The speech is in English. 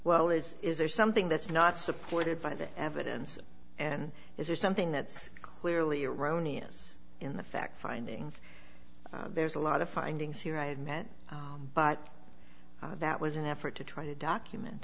well is is there something that's not supported by the evidence and is there something that's clearly erroneous in the fact findings there's a lot of findings here i've met but that was an effort to try to document